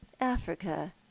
Africa